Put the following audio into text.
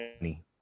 money